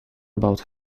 about